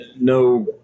No